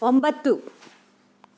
ಒಂಬತ್ತು